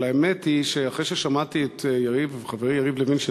אבל האמת היא שאחרי ששמעתי את חברי יריב לוין,